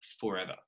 forever